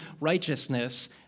righteousness